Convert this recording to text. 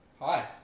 Hi